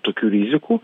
tokių rizikų